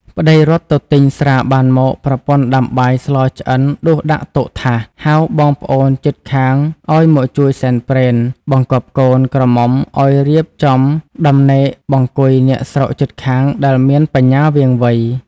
ប្ដីរត់ទៅទិញស្រាបានមក ប្រពន្ធដាំបាយស្លឆ្អិនដួសដាក់តុថាស ហៅបងប្អូនជិតខាងឱ្យមកជួយសែនព្រេន បង្គាប់កូន ក្រមុំឱ្យរៀបចំដំណេកបង្គុយអ្នកស្រុកជិតខាងដែលមានបញ្ញាវាងវៃ។